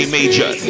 Major